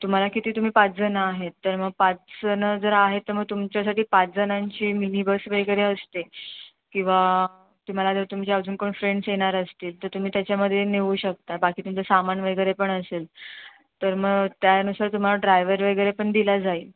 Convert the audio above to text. तुम्हाला किती तुम्ही पाच जण आहेत तर मग पाच जण जर आहेत तर मग तुमच्यासाठी पाच जणांची मिनी बस वगैरे असते किंवा तुम्हाला जर तुमचे अजून कोण फ्रेंड्स येणार असतील तर तुम्ही त्याच्यामध्ये नेऊ शकता बाकी तुमचं सामान वगैरे पण असेल तर मग त्यानुसार तुम्हाला ड्रायव्हर वगैरे पण दिला जाईल